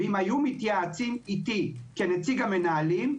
ואם היו מתייעצים אתי כנציג המנהלים,